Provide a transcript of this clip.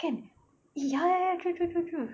kan ya ya ya true true true true